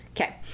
Okay